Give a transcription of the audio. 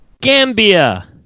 Gambia